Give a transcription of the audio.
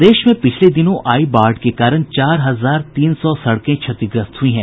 प्रदेश में पिछले दिनों आई बाढ़ के कारण चार हजार तीन सौ सड़कें क्षतिग्रस्त हुई हैं